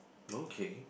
okay